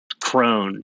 crone